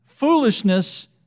Foolishness